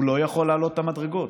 הוא לא יכול לעלות את המדרגות.